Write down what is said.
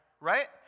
right